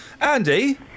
Andy